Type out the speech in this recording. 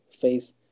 face